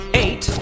eight